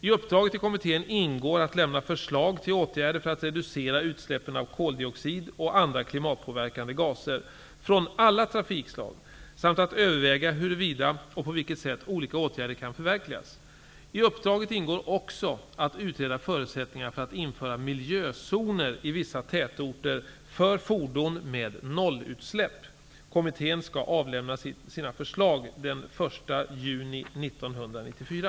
I uppdraget till kommittén ingår att lämna förslag till åtgärder för att reducera utsläppen av koldioxid och andra klimatpåverkande gaser från alla trafikslag samt att överväga huruvida och på vilket sätt olika åtgärder kan förverkligas. I uppdraget ingår också att utreda förutsättningarna för att införa miljözoner i vissa tätorter för fordon med nollutsläpp. Kommittén skall avlämna sina förslag den 1 juni 1994.